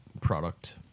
product